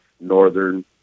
northern